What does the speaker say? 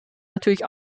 natürlich